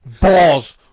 balls